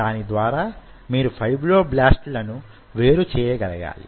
దాని ద్వారా మీరు ఫైబ్రోబ్లాస్ట్ లు ను వేరుచేయగలగాలి